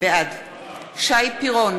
בעד שי פירון,